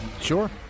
Sure